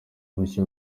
bushya